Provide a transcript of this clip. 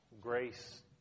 grace